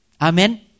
Amen